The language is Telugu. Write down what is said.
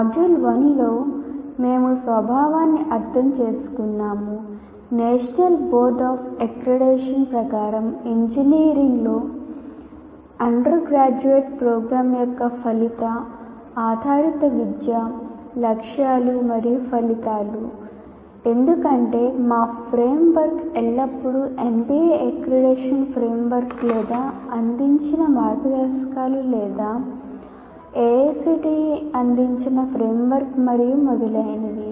మాడ్యూల్ 1 లో మేము స్వభావాన్ని అర్థం చేసుకున్నాము నేషనల్ బోర్డ్ ఆఫ్ అక్రిడిటేషన్ ప్రకారం ఇంజనీరింగ్లో అండర్గ్రాడ్యుయేట్ ప్రోగ్రామ్ యొక్క ఫలిత ఆధారిత విద్య లక్ష్యాలు మరియు ఫలితాలు ఎందుకంటే మా ఫ్రేమ్వర్క్ ఎల్లప్పుడూ NBA అక్రిడిటేషన్ ఫ్రేమ్వర్క్ లేదా అందించిన మార్గదర్శకాలు లేదా AICTE అందించిన ఫ్రేమ్వర్క్ మరియు మొదలైనవి